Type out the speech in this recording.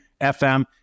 FM